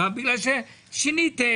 שבה יש שלושה רכיבים: התייעלות בכוח אדם,